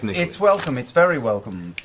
it's welcome, it's very welcome.